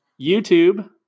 YouTube